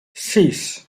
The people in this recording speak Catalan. sis